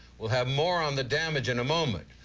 we'll have more on the damage in a moment.